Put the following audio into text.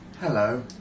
Hello